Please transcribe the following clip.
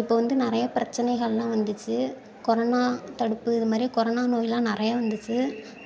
இப்போ வந்து நிறையா பிரசசினைகள்லாம் வந்துச்சு கொரோனா தடுப்பு இது மாதிரி கொரோனா நோயெலாம் நிறையா வந்துச்சு